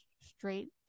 straight